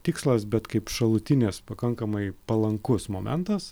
tikslas bet kaip šalutinis pakankamai palankus momentas